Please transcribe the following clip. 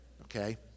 okay